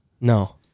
No